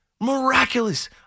Miraculous